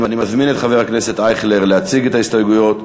אני מזמין את חבר הכנסת אייכלר להציג את ההסתייגויות.